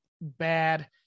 bad